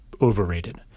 overrated